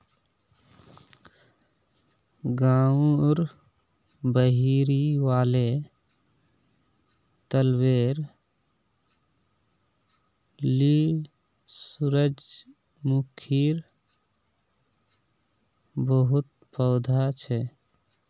गांउर बहिरी वाले तलबेर ली सूरजमुखीर बहुत पौधा छ